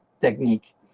technique